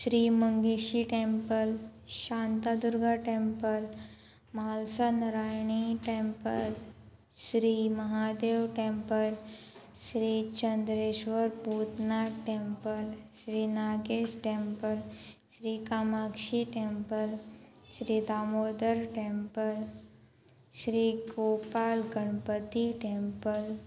Shri Mangeshi temple Shantadurga temple Mhalsanarayani temple Shri Mahadev temple Shri Chandreshwar Bhutnath temple Shri Nagesh temple Shri Kamakshi temple Shri Damodar temple Shri Gopal Ganpati temple